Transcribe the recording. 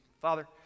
Father